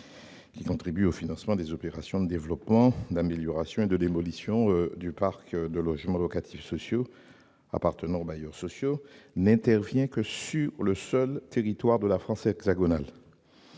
qui contribue au financement des opérations de développement, d'amélioration et de démolition du parc de logements locatifs sociaux appartenant aux bailleurs sociaux, mais qui n'intervient que sur le seul territoire de la France hexagonale.